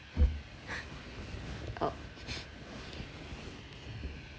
oh